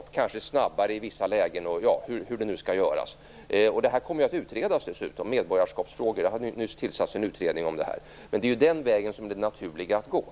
Det kan kanske gå snabbare i vissa lägen osv. Medborgarskapsfrågor kommer ju dessutom att utredas. Det har nyss tillsatts en utredning om detta. Det naturliga är ju att gå den vägen.